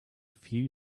few